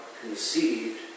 conceived